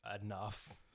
enough